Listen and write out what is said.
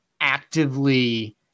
actively